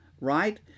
Right